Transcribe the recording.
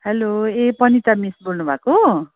hello ए पनिता miss बोल्नु भएको